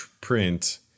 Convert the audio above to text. print